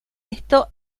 esto